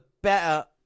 Better